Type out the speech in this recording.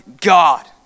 God